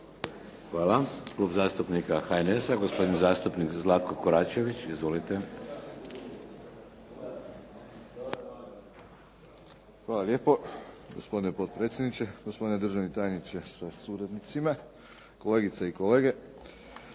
Hvala. Klub zastupnika HNS-a gospodin zastupnik Zlatko Koračević. Izvolite. **Koračević, Zlatko (HNS)** Hvala lijepo gospodine potpredsjedniče. Gospodine državni tajniče sa suradnicima, kolegice i kolege.